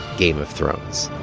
game of thrones.